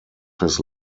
his